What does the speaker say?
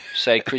Say